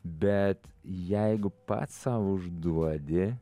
bet jeigu pats sau užduodi